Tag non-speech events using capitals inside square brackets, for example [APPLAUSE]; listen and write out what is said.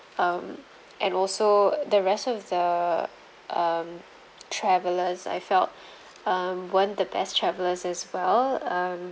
um and also the rest of the um travellers I felt [BREATH] um weren't the best travellers as well um